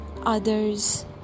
others